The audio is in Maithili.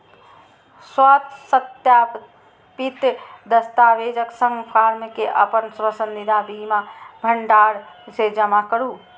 स्वसत्यापित दस्तावेजक संग फॉर्म कें अपन पसंदीदा बीमा भंडार मे जमा करू